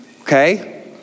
Okay